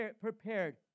prepared